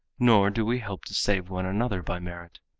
nor do we help to save one another by merit.